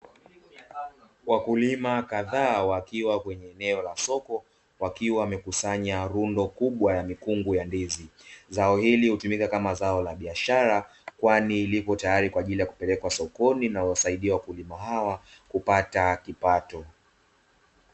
Wakulima kadhaa wakiwa kwenye eneo la soko, wakiwa wamekusanya rundo kubwa la mikungu ya ndizi. Zao hili hutumika kama zao la biashara, kwani lipo tayari kwa ajili ya kupelekwa sokoni na huwasaidia wakulima hawa kupata kipato.